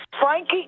Frankie